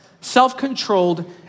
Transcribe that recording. self-controlled